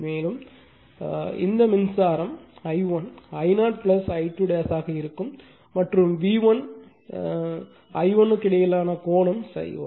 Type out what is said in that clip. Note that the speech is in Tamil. மேலும் இந்த மின்சார I1 I0 I2 ஆக இருக்கும் மற்றும் V1 மற்றும் I1 க்கு இடையிலான கோணம் ∅ 1